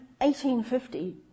1850